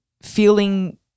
feeling